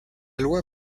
loi